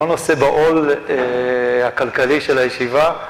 ... נושא בעול הכלכלי של הישיבה